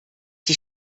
die